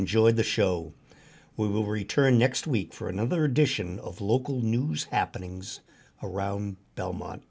enjoyed the show with over return next week for another edition of local news happenings around belmont